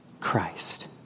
Christ